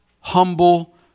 humble